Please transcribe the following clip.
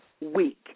week